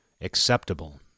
acceptable